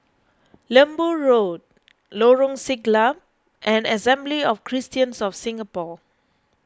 Lembu Road Lorong Siglap and Assembly of Christians of Singapore